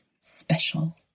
special